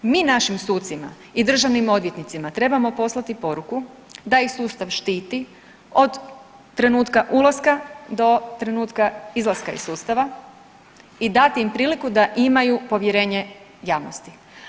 Mi našim sucima i državnim odvjetnicima trebamo poslati poruku da ih sustav štiti od trenutka ulaska do trenutka izlaska iz sustava i dati im priliku da imaju povjerenje javnosti.